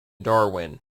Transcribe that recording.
darwin